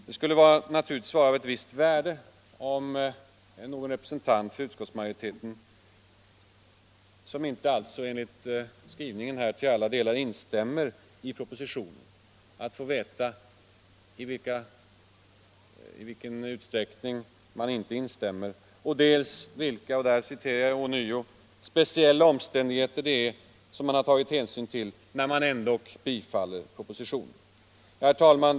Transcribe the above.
Det skulle naturligtvis vara av ett visst värde om någon representant från utskottsmajoriteten, som alltså inte till alla delar instämmer i propositionen, här talade om i vilken utsträckning man inte instämmer. Det vore även intressant att få veta vilka ”speciella omständigheter” det är som man har tagit hänsyn till när man ändå tillstyrker propositionen. Herr talman!